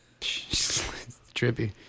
Trippy